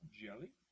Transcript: jelly